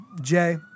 Jay